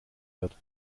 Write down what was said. wird